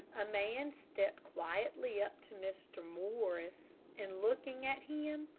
a man stepped quietly up to mr. morris, and looking at him,